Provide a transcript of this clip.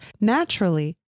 Naturally